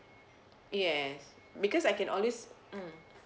yes because I can always mm